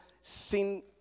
sin